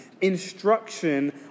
instruction